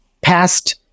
past